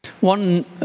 One